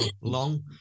long